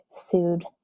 sued